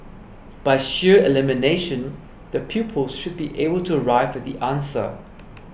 by sheer elimination the pupils should be able to arrive at the answer